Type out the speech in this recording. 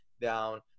down